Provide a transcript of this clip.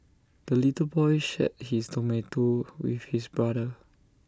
the little boy shared his tomato with his brother